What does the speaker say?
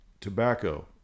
tobacco